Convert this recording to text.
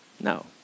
No